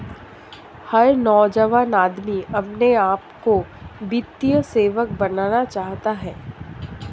हर नौजवान आदमी अपने आप को वित्तीय सेवक बनाना चाहता है